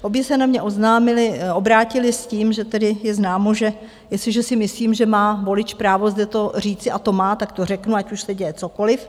Obě se na mě obrátily s tím, že tedy je známo, že jestliže si myslím, že má volič právo zde to říci a to má tak to řeknu, ať už se děje cokoliv.